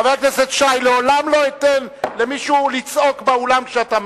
לעולם לא אתן למישהו לצעוק באולם כשאתה מדבר.